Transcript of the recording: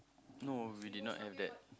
no really not have that